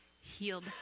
healed